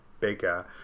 bigger